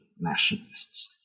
nationalists